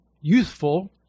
youthful